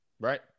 Right